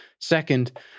Second